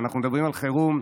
אנחנו מדברים על חירום.